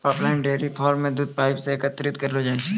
pipeline dairy farm म दूध pipe सें एकत्रित करलो जाय छै